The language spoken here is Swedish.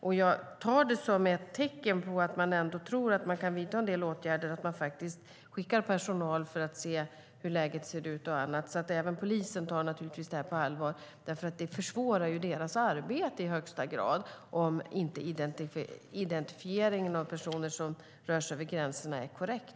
Att man skickar personal för att se hur läget ser ut tar jag som ett tecken på att man ändå tror att man kan vidta en del åtgärder. Även polisen tar naturligtvis det här på allvar. Det försvårar ju i högsta grad deras arbete om inte identifieringen av personer som rör sig över gränserna är korrekt.